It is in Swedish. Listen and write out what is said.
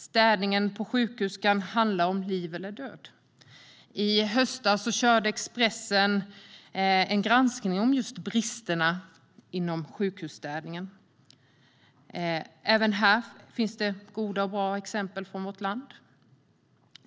Städning på sjukhus kan handla om liv eller död. I höstas körde Expressen en granskning om bristerna inom sjukhusstädningen. Även där fanns goda och mindre bra exempel från vårt land.